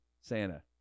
santa